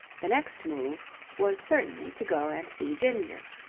the next move was certainly to go and see ginger.